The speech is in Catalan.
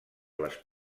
les